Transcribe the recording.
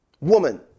woman